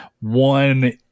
one